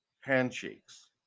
Handshakes